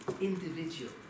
individual